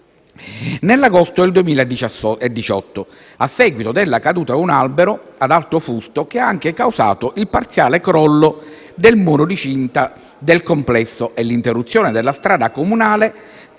nell'agosto del 2018, a seguito della caduta di un albero ad alto fusto che ha anche causato il parziale crollo del muro di cinta del complesso e l'interruzione della strada comunale